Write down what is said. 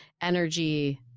energy